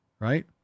Right